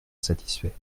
satisfait